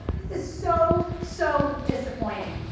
this is so, so disappointing.